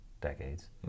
decades